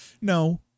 No